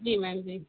जी ma'am जी